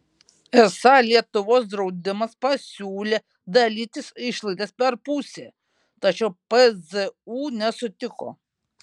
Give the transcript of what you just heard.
esą lietuvos draudimas pasiūlė dalytis išlaidas per pusę tačiau pzu nesutiko